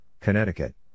Connecticut